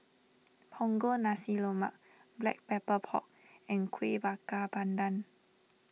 Punggol Nasi Lemak Black Pepper Pork and Kuih Bakar Pandan